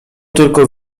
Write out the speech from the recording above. tylko